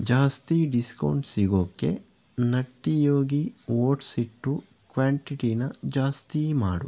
ಜಾಸ್ತಿ ಡಿಸ್ಕೌಂಟ್ ಸಿಗೋಕ್ಕೆ Nutty Yogi oats ಹಿಟ್ಟು ಕ್ವಾಂಟಿಟಿನ ಜಾಸ್ತಿ ಮಾಡು